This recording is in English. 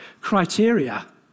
criteria